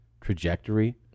trajectory